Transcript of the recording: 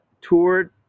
toured